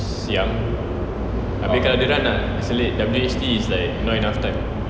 siang abeh kalau dorang nak selit W_H_D is like not enough time